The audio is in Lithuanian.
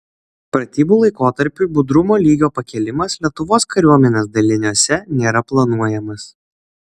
pratybų laikotarpiui budrumo lygio pakėlimas lietuvos kariuomenės daliniuose nėra planuojamas